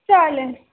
चालेल